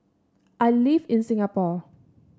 I live in Singapore